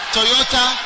Toyota